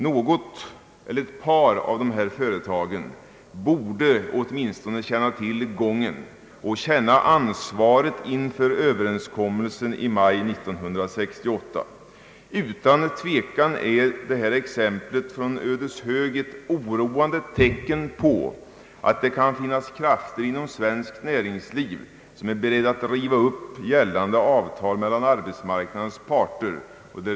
Något eller ett par av dessa företag borde åtminstone känna till gången och känna ansvaret inför den överenskommelse som träffades i maj 1968. Utan tvekan är detta exempel från Ödeshög ett oroande tecken på att det kan finnas krafter inom svenskt näringsliv som är beredda att riva upp gällande avtal mellan arbetsmarknadens parter.